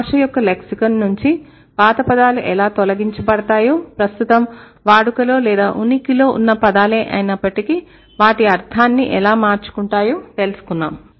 భాష యొక్క లెక్సికన్ నుంచి పాత పదాలు ఎలా తొలగించ బడతాయో ప్రస్తుతం వాడుకలో లేదా ఉనికిలో ఉన్న పదాలే అయినప్పటికీ వాటి అర్థాన్ని ఎలా మార్చుకుంటాయో తెలుసుకున్నాం